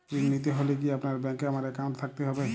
ঋণ নিতে হলে কি আপনার ব্যাংক এ আমার অ্যাকাউন্ট থাকতে হবে?